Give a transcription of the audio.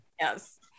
Yes